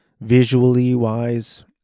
visually-wise